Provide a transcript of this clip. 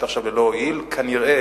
כנראה,